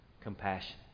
compassion